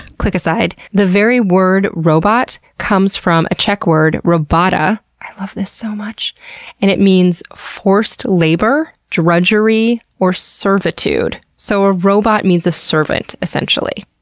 quick aside, the very word robot comes from a czech word, robota i love this so much and it means forced labor, drudgery or servitude so, a robot means a servant, essentially.